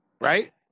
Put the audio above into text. Right